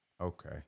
Okay